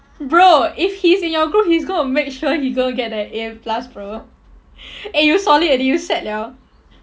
bro if he's in your group he's gonna make sure he gonna get the A plus bro eh you solid already you set liao